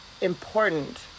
important